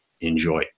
Enjoy